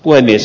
puhemies